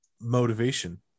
motivation